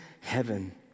heaven